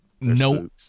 no